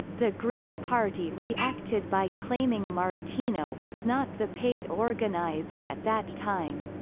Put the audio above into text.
the green party reacted by claiming martino was not the paid organizer at that time.